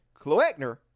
Kloekner